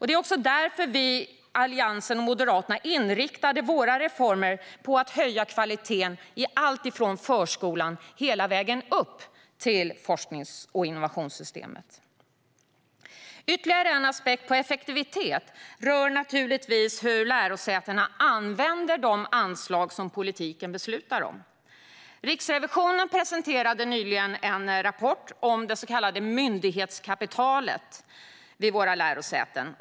Det är också därför vi i Alliansen och Moderaterna har inriktat våra reformer på att höja kvaliteten i alltifrån förskolan hela vägen upp till forsknings och innovationssystemet. Ytterligare en aspekt på effektivitet rör naturligtvis hur lärosätena använder de anslag som politiken beslutar om. Riksrevisionen presenterade nyligen en rapport om det så kallade myndighetskapitalet vid våra lärosäten.